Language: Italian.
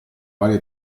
varie